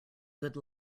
good